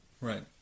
Right